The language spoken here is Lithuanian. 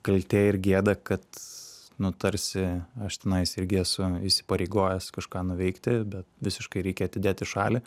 kaltė ir gėda kad nu tarsi aš tenais irgi esu įsipareigojęs kažką nuveikti bet visiškai reikia atidėt į šalį